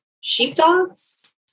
sheepdogs